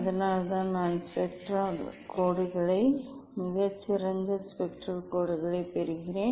அதனால்தான் நான் ஸ்பெக்ட்ரல் கோடுகளை மிகச் சிறந்த ஸ்பெக்ட்ரல் கோடுகளைப் பெறுகிறேன்